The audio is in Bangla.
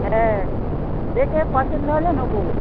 হ্যাঁ দেখে পছন্দ হলে নেব